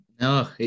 No